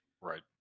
Right